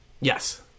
Yes